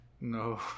No